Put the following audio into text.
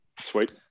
Sweet